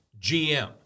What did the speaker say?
GM